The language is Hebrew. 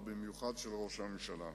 ובמיוחד של ראש הממשלה.